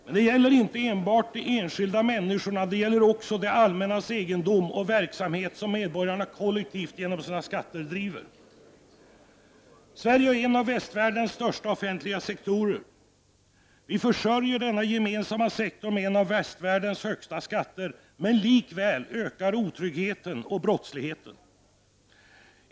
Men det gäller inte enbart de enskilda människorna, utan också det allmännas egendom och den verksamhet som medborgarna kollektivt genom sina skatter bedriver. Sverige har en av västvärldens största offentliga sektorer. Vi försörjer denna gemensamma sektor genom en av västvärldens högsta skatter, men likväl ökar otryggheten och brottsligheten.